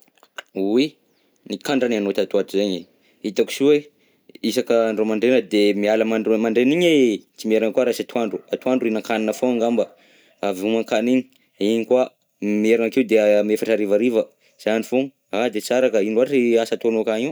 Oy, nikandra any ianao tato ho ato zegny e, hitako soe isaka andro mandraigna de miala andro mandr- mandraigna igny e, sy miherigna koa raha sy antoandro, antoandro hihinan-kanina foagna angamba, avy homankany igny, igny koa miherigna ankeo de amy efatra harivariva, zany foagna, a de tsara ka! Ino loatra asa ataonao akagny io?